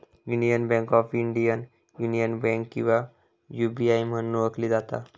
union Bank of India, Union Bank किंवा UBI म्हणून ओळखली जाता